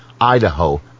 Idaho